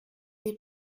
les